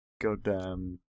goddamn